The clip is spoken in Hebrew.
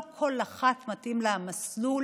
לא לכל אחת מתאים המסלול